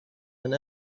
and